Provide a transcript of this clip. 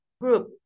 group